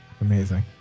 Amazing